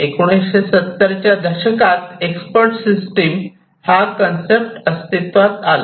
1970 च्या दशकात expert system हा कन्सेप्ट अस्तित्वात आला